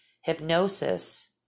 hypnosis